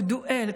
פדואל,